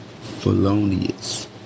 Felonious